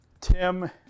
Tim